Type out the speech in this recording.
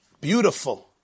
Beautiful